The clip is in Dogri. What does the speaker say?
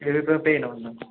एह् चलो एह्दा तेल आना